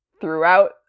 throughout